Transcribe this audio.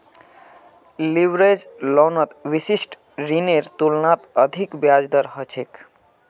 leverage लोनत विशिष्ट ऋनेर तुलनात अधिक ब्याज दर ह छेक